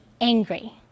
angry